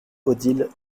odile